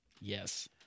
Yes